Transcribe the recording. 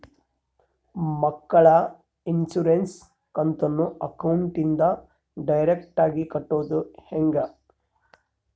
ಮಕ್ಕಳ ಇನ್ಸುರೆನ್ಸ್ ಕಂತನ್ನ ಅಕೌಂಟಿಂದ ಡೈರೆಕ್ಟಾಗಿ ಕಟ್ಟೋದು ಹೆಂಗ?